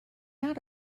out